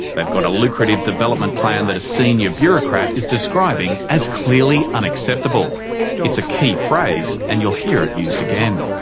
they've got a lucrative development plan that a senior bureaucrat is describing as clearly unacceptable it's a key phrase and you'll hear it used again.